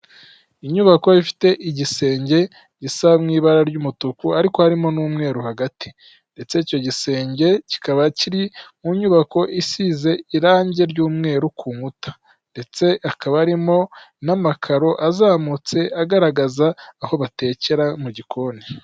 Inyubako ifite igisenge gisa mu ibara ry'umutuku ariko harimo n'umweru hagati ndetse icyo gisenge kikaba kiri mu nyubako isize irangi ry'umweru ku nkuta ndetse akaba arimo n'amakaro azamutse agaragaza aho batekera mu gikoni.